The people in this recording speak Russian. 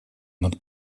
над